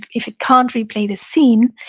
if if it can't replay the scene,